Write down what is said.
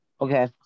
Okay